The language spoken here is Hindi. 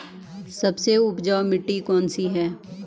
सबसे उपजाऊ मिट्टी कौन सी है?